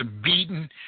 beaten